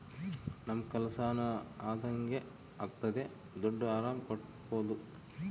ನಮ್ ಕೆಲ್ಸನೂ ಅದಂಗೆ ಆಗ್ತದೆ ದುಡ್ಡು ಆರಾಮ್ ಕಟ್ಬೋದೂ